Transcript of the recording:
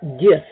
gift